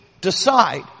decide